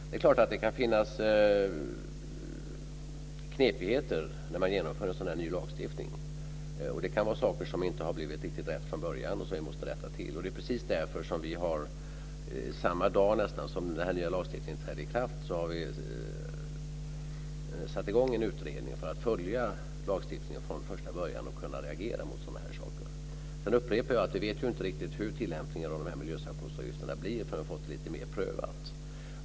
Fru talman! Det kan finnas knepigheter när man genomför en ny lagstiftning. Det kan vara saker som inte har blivit riktigt rätt från början och som måste rättas till. Det är precis därför som vi, samma dag som den nya lagstiftningen trädde i kraft, har satt i gång en utredning för att följa lagen från första början och kunna reagera mot sådana här saker. Sedan upprepar jag att vi inte vet riktigt hur tilllämpningen av miljösanktionsavgifterna blir förrän vi fått det lite mer prövat.